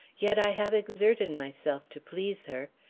yet i have exerted myself to please her.